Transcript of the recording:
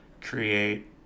create